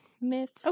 myths